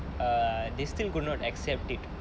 err they still could not accept it